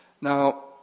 Now